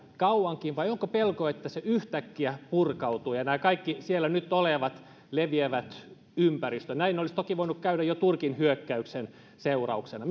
kauankin vai onko pelko että se yhtäkkiä purkautuu ja ja nämä kaikki siellä nyt olevat leviävät ympäristöön näin olisi toki voinut käydä jo turkin hyökkäyksen seurauksena